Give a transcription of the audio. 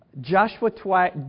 Joshua